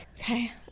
okay